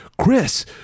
Chris